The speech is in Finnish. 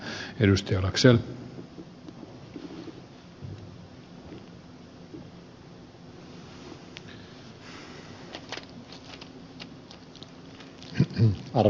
arvoisa herra puhemies